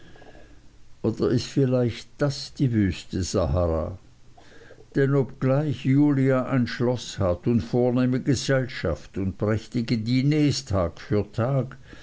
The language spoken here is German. oder ist vielleicht das die wüste sahara denn obgleich julia ein schloß hat und vornehme gesellschaft und prächtige diners tag für tag